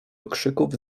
okrzyków